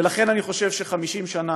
ולכן, אני חושב ש-50 שנה